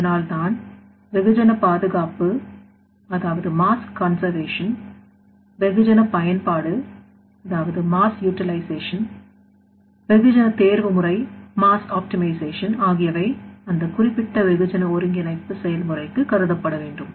அதனால் தான் வெகுஜன பாதுகாப்பு வெகுஜனபயன்பாடு வெகுஜன தேர்வுமுறை ஆகியவை அந்த குறிப்பிட்ட வெகுஜன ஒருங்கிணைப்பு செயல்முறைக்கு கருதப்படவேண்டும்